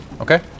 okay